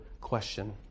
question